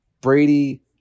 Brady